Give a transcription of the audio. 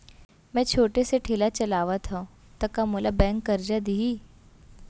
मैं छोटे से ठेला चलाथव त का मोला बैंक करजा दिही?